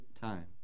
time